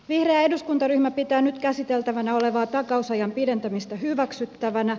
vihreä eduskuntaryhmä pitää nyt käsiteltävänä olevaa takausajan pidentämistä hyväksyttävänä